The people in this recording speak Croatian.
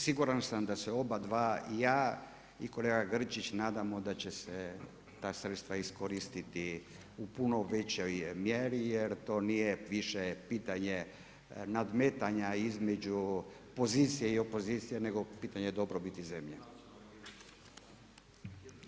Siguran sam da su oba dva, ja i kolega Grčić, nadamo da će se ta sredstva iskoristiti u puno većoj mjeri, jer to nije više pitanje nadmetanja između pozicije i opozicije, nego pitanje dobrobiti zemlje.